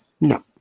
No